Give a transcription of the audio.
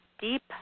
deep